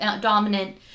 dominant